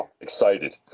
Excited